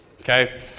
Okay